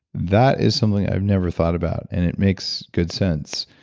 that is something i've never thought about and it makes good sense.